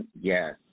yes